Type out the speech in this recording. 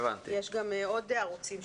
יש גם עוד ערוצי פרסום.